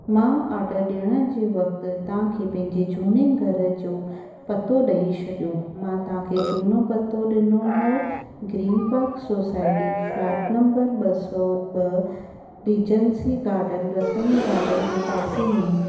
मां ऑडर ॾियण जे वक़्तु तव्हांखे पंहिंजे झूने घर जो पतो ॾेई छॾियो मां तव्हांखे झूनो पतो ॾिनो हुओ Green Park Society flat number ॿ सौ ॿ रीजेंसी गार्डन रतन गार्डन जे पासे में